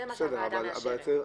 זה מה שהוועדה מאשרת.